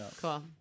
cool